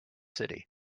city